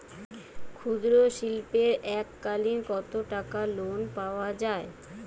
ক্ষুদ্রশিল্পের এককালিন কতটাকা লোন পাওয়া য়ায়?